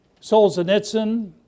Solzhenitsyn